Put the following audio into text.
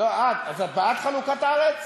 אז את בעד חלוקת הארץ?